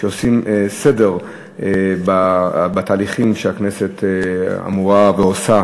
שעושות סדר בתהליכים שהכנסת אמורה לעשות ועושה,